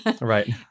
right